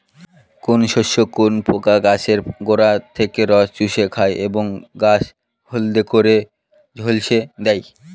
কোন শস্যে কোন পোকা গাছের গোড়া থেকে রস চুষে খায় এবং গাছ হলদে করে ঝলসে দেয়?